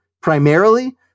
primarily